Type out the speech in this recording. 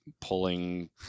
pulling